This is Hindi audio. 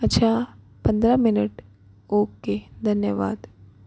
अच्छा पंद्रह मिनीट ओके धन्यवाद